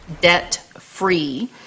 debt-free